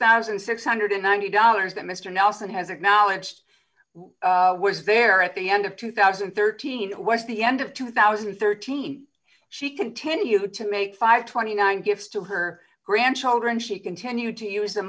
thousand six hundred and ninety dollars that mister nelson has acknowledged was there at the end of two thousand and thirteen was the end of two thousand and thirteen she continued to make five hundred and twenty nine gifts to her grandchildren she continued to use the